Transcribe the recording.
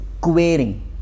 querying